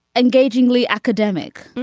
engagingly academic.